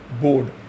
board